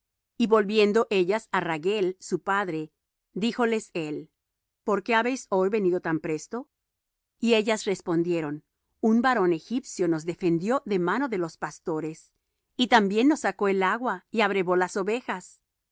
y volviendo ellas á ragüel su padre díjoles él por qué habéis hoy venido tan presto y ellas respondieron un varón egipcio nos defendió de mano de los pastores y también nos sacó el agua y abrevó las ovejas